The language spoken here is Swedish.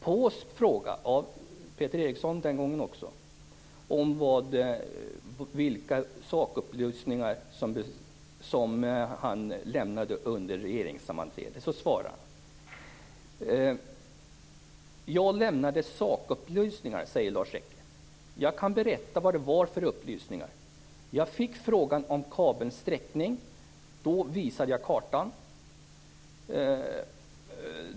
På fråga av Peter Eriksson, den gången också, om vilka sakupplysningar som Lars Rekke lämnade under regeringssammanträdet svarar han: Jag lämnade sakupplysningar. Jag kan berätta vad det var för upplysningar. Jag fick frågan om kabelns sträckning. Då visade jag kartan.